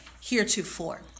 heretofore